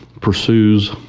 pursues